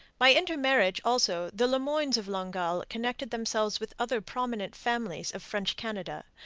by intermarriage also the le moynes of longueuil connected themselves with other prominent families of french canada,